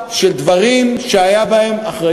בשיתוף המטה למאבק